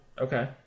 Okay